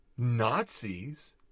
Nazis